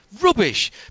rubbish